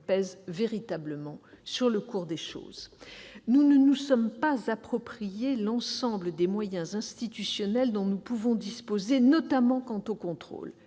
pèsent véritablement sur le cours des choses. Nous ne nous sommes pas approprié l'ensemble des moyens institutionnels à notre disposition, notamment en matière de contrôle.